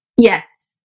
Yes